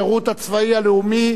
ישראל: